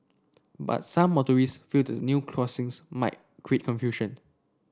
but some motorist felt the new crossings might create confusion